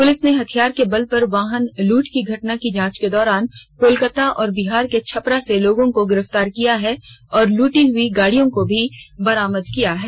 police ने हथियार के बल पर वाहन लूट की घटना की जांच के दौरान कोलकाता और बिहार र्क छपरा से लोगों को गिरफ्तार किया है और लुटी हुई गाड़ी को भी बरामद किया है